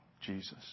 Jesus